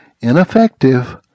ineffective